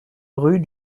rue